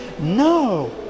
no